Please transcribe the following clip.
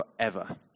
forever